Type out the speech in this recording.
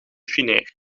fineer